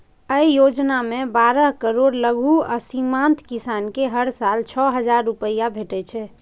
अय योजना मे बारह करोड़ लघु आ सीमांत किसान कें हर साल छह हजार रुपैया भेटै छै